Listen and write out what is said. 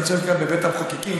אנחנו נמצאים בבית המחוקקים,